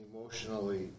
emotionally